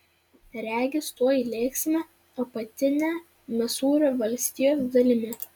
regis tuoj lėksime apatine misūrio valstijos dalimi